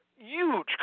huge